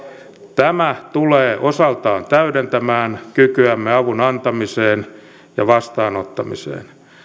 tämä tulee osaltaan täydentämään kykyämme avun antamiseen ja vastaanottamiseen